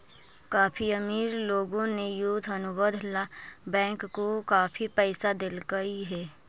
काफी अमीर लोगों ने युद्ध अनुबंध ला बैंक को काफी पैसा देलकइ हे